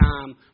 time